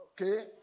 Okay